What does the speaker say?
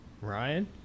ryan